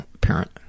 parent